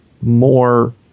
more